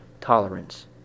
tolerance